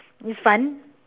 it's fun